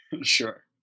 Sure